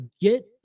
get